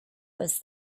was